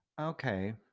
okay